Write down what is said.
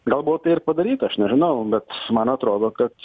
galbūt tai ir padaryta aš nežinau bet man atrodo kad